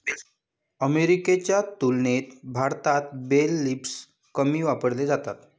अमेरिकेच्या तुलनेत भारतात बेल लिफ्टर्स कमी वापरले जातात